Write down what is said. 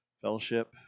fellowship